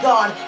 God